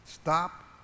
Stop